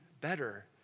better